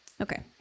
okay